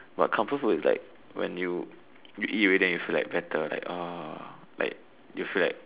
but comfort food is like when you eat already then you feel like better